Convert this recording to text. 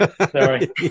Sorry